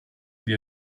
più